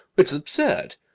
it's absurd.